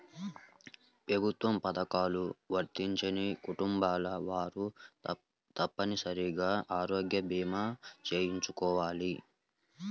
ప్రభుత్వ పథకాలు వర్తించని కుటుంబాల వారు తప్పనిసరిగా ఆరోగ్య భీమా చేయించుకోవాలి